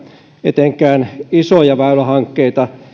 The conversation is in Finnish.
etenkään isoja väylähankkeita